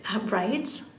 Right